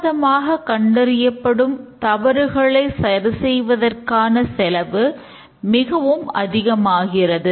தாமதமாக கண்டறியப்படும் தவறுகளை சரி செய்வதற்கான செலவு மிகவும் அதிகமாகிறது